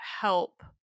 help